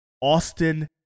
Austin